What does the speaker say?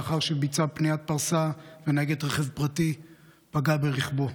לאחר שביצע פניית פרסה ונהגת רכב פרטי פגעה ברכבו.